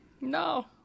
No